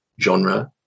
genre